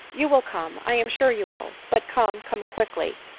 you will come, i am sure you will, but come, come quickly,